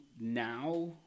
now